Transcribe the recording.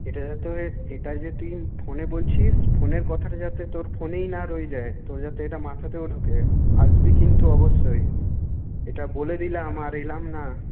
এটা যে এটা যে তুই ফোনে বলছিস ফোনের কথাটা যাতে তোর ফোনেই না রয়ে যায় তোর যাতে এটা মাথাতেও ঢোকে আসবি কিন্তু অবশ্যই এটা বলে দিলাম আর এলাম না